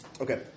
Okay